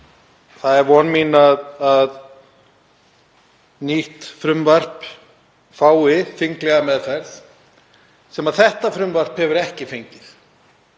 Það er von mín að nýtt frumvarp fái þinglega meðferð, sem þetta frumvarp hefur ekki fengið.